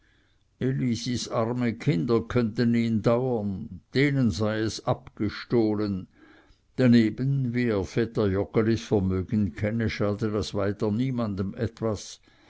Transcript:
arme kinder könnten ihn dauern denen sei es abgestohlen daneben wie er vetter joggelis vermögen kenne schade das weiter niemanden etwas